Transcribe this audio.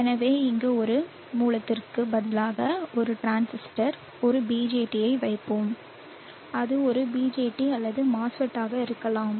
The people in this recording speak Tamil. எனவே அங்கு ஒரு மூலத்திற்கு பதிலாக ஒரு டிரான்சிஸ்டர் ஒரு BJT யை வைப்போம் அது ஒரு BJT அல்லது MOSFET ஆக இருக்கலாம்